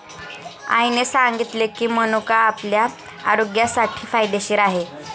आईने सांगितले की, मनुका आपल्या आरोग्यासाठी फायदेशीर आहे